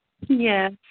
Yes